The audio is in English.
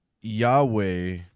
Yahweh